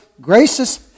gracious